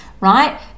right